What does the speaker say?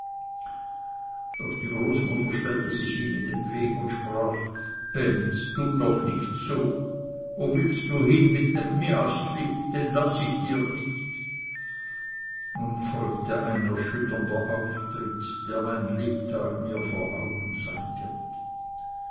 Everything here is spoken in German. doch die großmutter stellte sich ihm in den weg und sprach benz tu doch nicht so wo willst du hin mit dem miaßli den lasse ich dir nicht nun folgte ein erschütternder auftritt der mein lebtag mir vor augen sein wird